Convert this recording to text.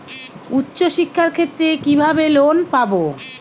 উচ্চশিক্ষার ক্ষেত্রে কিভাবে লোন পাব?